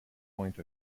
point